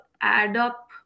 add-up